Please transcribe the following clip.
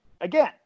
Again